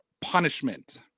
punishment